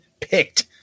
picked